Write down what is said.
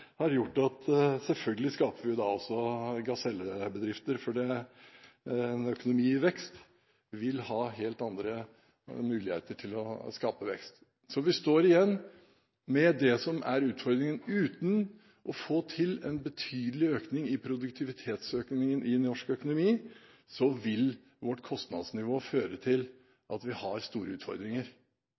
vi selvfølgelig skaper gasellebedrifter, fordi en økonomi i vekst vil ha helt andre muligheter til å skape vekst. Vi står igjen med denne utfordringen: Hvis vi ikke får til en betydelig produktivitetsøkning i norsk økonomi, vil vårt kostnadsnivå føre til at vi får store utfordringer.